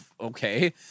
okay